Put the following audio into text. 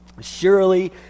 Surely